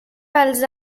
pels